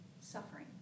suffering